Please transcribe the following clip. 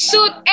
Suit